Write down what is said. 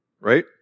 right